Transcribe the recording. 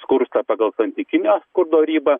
skursta pagal santykinio skurdo ribą